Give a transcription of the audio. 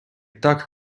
так